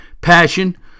passion